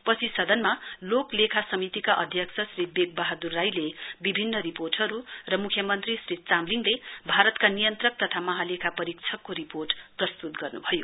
पछि सदनमा लोक लेखा समितिका अध्यक्ष श्री बेगवहाद्र राईले विभिन्न रिपोर्टहरु र मुख्यमन्त्री श्री चामलिङले भारतका नियन्त्रक तथा महालेखा परीक्षकको रिपोर्ट प्रस्तुत गर्नुभयो